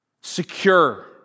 secure